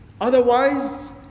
Otherwise